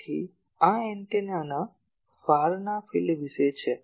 તેથી આ એન્ટેનાના ફારના ફિલ્ડ વિશે છે